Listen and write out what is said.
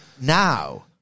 Now